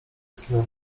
skinął